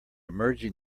merging